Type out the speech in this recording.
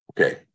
Okay